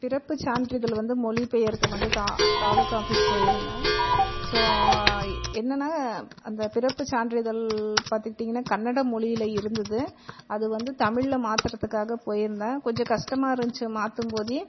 பிறப்பு சான்றிதழ் வந்து மொழிபெயர்க்க வந்து தா தாலுக்கா ஆஃபீஸ் போயிருந்தேன் ஸோ என்னென்னா அந்த பிறப்பு சான்றிதழ் பார்த்துக்கிட்டிங்கன்னா கன்னட மொழில இருந்தது அது வந்து தமிழ்ல மாற்றுறதுக்காக போயிருந்தேன் கொஞ்சம் கஷ்டமா இருந்துச்சு மாற்றும்போது